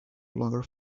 longer